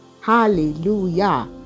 Hallelujah